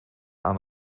aan